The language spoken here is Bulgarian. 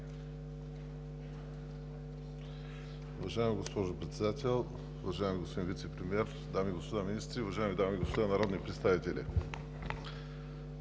Уважаема госпожо Председател, уважаеми господин Вицепремиер, уважаеми господа министри, уважаеми дами и господа народни представители!